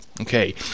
Okay